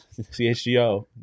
Chgo